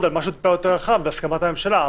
על משהו טיפה יותר רחב בהסכמת הממשלה.